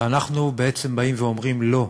ואנחנו אומרים: לא.